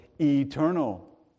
eternal